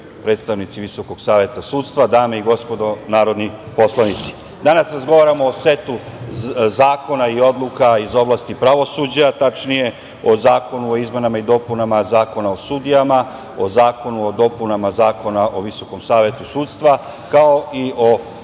predstavnici Visokog saveta sudstva, dame i gospodo narodni poslanici. Danas razgovaramo o setu zakona i odluka iz oblasti pravosuđa, tačnije o Zakonu o izmenama i dopunama Zakona o sudijama, o Zakonu o dopunama Zakona o Visokom savetu sudstva, kao i o